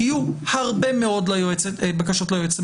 יהיו הרבה מאוד בקשות ליועצת המשפטית,